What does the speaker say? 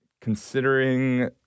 considering